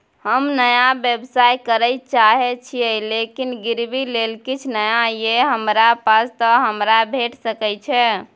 हम नया व्यवसाय करै चाहे छिये लेकिन गिरवी ले किछ नय ये हमरा पास त हमरा भेट सकै छै?